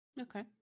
okay